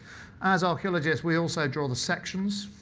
as archaeologists, we also draw the sections.